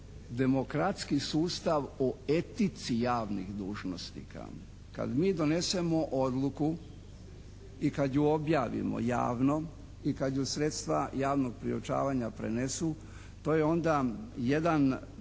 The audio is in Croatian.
demokratski sustav o etici javnih dužnosnika. Kad mi donesemo odluku i kad ju objavimo javno i kad ju sredstva javnog priopćavanja prenesu to je onda jedan